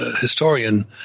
historian